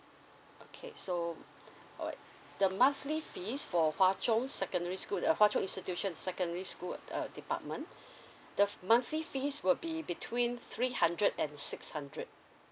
okay so alright the monthly fees for hwa chong secondary school uh hwa chong institution secondary school uh department the f~ monthly fees will be between three hundred and six hundred